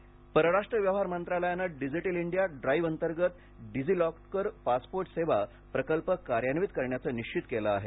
DigiLocker परराष्ट्र व्यवहार मंत्रालयाने डिजिटल इंडिया ड्राईव्ह अंतर्गत डिजिलॉकर पासपोर्ट सेवा प्रकल्प कार्यान्वित करण्याचे निश्चियत केले आहे